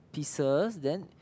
pieces then